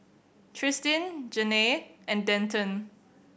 Tristin Janae and Denton